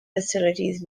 facilities